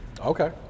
okay